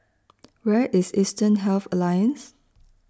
Where IS Eastern Health Alliance